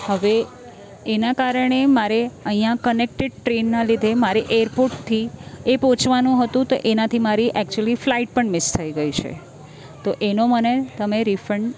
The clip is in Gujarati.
હવે એના કારણે મારે અહીંયા કનેકટેડ ટ્રેનના લીધે મારે એરપોર્ટથી એ પહોંચવાનું હતું તો એનાથી મારી એકચ્યુલી ફ્લાઇટ પણ મિસ થઈ ગઈ છે તો એનો મને તમે રિફંડ